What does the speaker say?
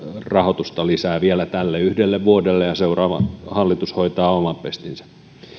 rahoitusta lisää vielä tälle yhdelle vuodelle ja seuraava hallitus hoitaa oman pestinsä